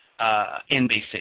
NBC